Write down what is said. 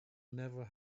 never